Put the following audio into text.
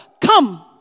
come